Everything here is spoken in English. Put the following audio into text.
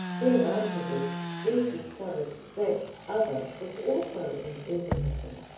then afterwards we discovered that other was also an egotism,